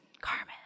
Carmen